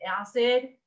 acid